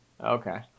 okay